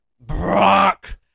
Brock